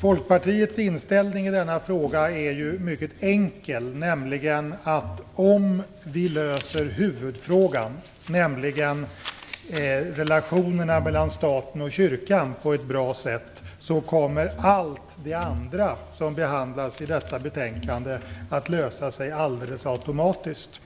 Folkpartiets inställning i denna fråga är ju mycket enkel, nämligen att om vi löser huvudfrågan, dvs. relationerna mellan staten och kyrkan på ett bra sätt, kommer allt det andra som behandlas i detta betänkande att lösa sig alldeles automatiskt.